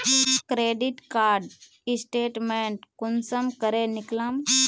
Credit card statement कुंसम करे निकलाम?